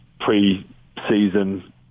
pre-season